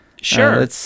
Sure